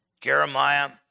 Jeremiah